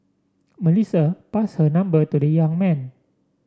Melissa pass her number to the young man